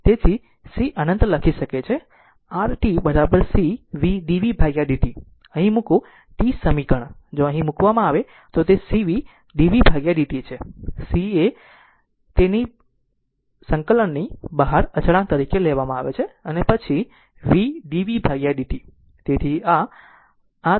તેથી c અનત લખી શકે છે r t cv dvdt અહીં મૂકો t સમીકરણ જો અહીં મૂકવામાં આવે તો તે cv dv dt છે c એ ∫ ની બહાર અચળાંક તરીકે લેવામાં આવે છે અને પછી v dvdt તેથી તા